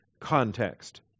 context